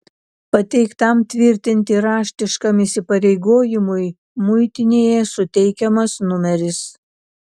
pateiktam tvirtinti raštiškam įsipareigojimui muitinėje suteikiamas numeris